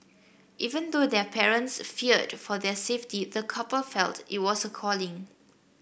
even though their parents feared for their safety the couple felt it was a calling